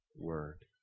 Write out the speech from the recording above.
Word